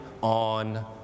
on